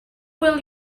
will